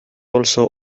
also